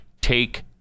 take